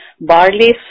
barley